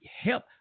help